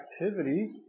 activity